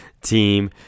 team